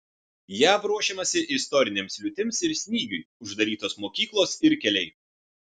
jav ruošiamasi istorinėms liūtims ir snygiui uždarytos mokyklos ir keliai